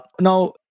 Now